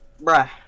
Bruh